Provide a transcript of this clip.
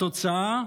התוצאה,